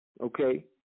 okay